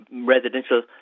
residential